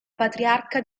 patriarca